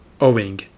owing